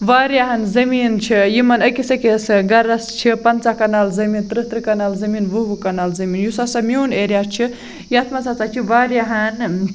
واریاہَن زٔمیٖن چھِ یِمن أکِس أکِس گرَس چھِ پَنژہ کَنال زٔمیٖن ترٛہ ترٛہ کَنال زٔمیٖن وُہ وُہ کَنال زٔمیٖن یُس ہسا میون ایریا چھُ یَتھ منٛز ہسا چھِ واریاہَن